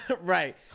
Right